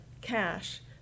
cash